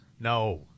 no